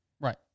Right